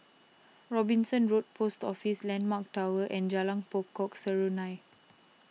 Robinson Road Post Office Landmark Tower and Jalan Pokok Serunai